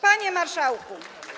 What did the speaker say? Panie Marszałku!